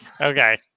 Okay